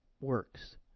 Works